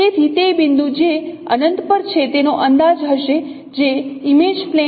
તેથી તે બિંદુ જે અનંત પર છે જેનો અંદાજ હશે જે ઇમેજ પ્લેન માં પણ અંદાજવામાં આવશે